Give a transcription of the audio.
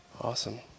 awesome